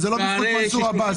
זה לא בזכות מנסור עבאס,